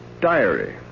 diary